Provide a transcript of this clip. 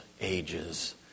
ages